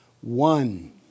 One